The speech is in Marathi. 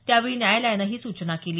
त्यावेळी न्यायालयानं ही सुचना केली